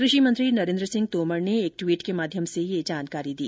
कृषि मंत्री नरेन्द्र सिंह तोमर ने एक ट्वीट के माध्यम से यह जानकारी दी